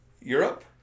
Europe